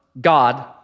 God